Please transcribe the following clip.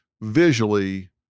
visually